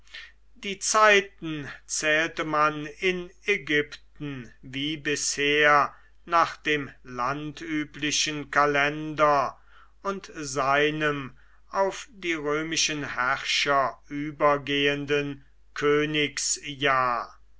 die zeiten zählte man in ägypten wie bisher nach dem landüblichen kalender und seinem auf die römischen herrscher übergehenden königsjahr